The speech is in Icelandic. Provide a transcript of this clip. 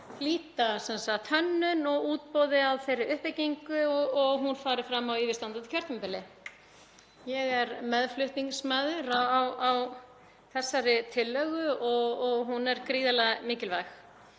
flýta hönnun og útboði á þeirri uppbyggingu og að hún fari fram á yfirstandandi kjörtímabili. Ég er meðflutningsmaður á þessari tillögu og hún er gríðarlega mikilvæg.